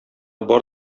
бар